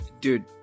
dude